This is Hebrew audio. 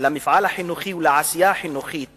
למפעל החינוכי ולעשייה החינוכית